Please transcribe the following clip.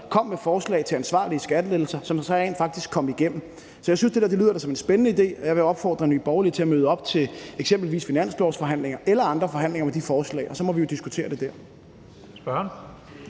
kom med forslag til ansvarlige skattelettelser, som så rent faktisk kom igennem. Så jeg synes da, det lyder som en spændende idé, og jeg vil opfordre Nye Borgerlige til at møde op til eksempelvis finanslovsforhandlinger eller andre forhandlinger med de forslag, og så må vi jo diskutere det dér.